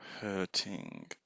hurting